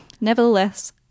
Nevertheless